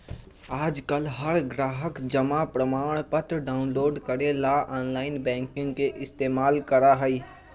आजकल हर ग्राहक जमा प्रमाणपत्र डाउनलोड करे ला आनलाइन बैंकिंग के इस्तेमाल करा हई